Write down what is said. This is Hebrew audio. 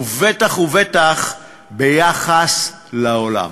ודאי וודאי בהשוואה לעולם.